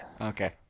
Okay